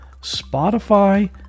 Spotify